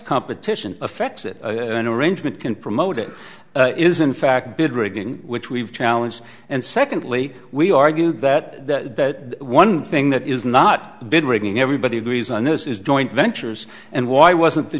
competition affects it in a arrangement can promote it is in fact bid rigging which we've challenge and secondly we argue that one thing that is not been ringing everybody agrees on this is joint ventures and why wasn't the